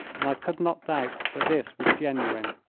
and i could not doubt that this was genuine.